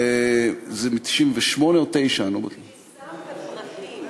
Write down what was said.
זה מ-1998 או 1999. פרטים.